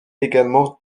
également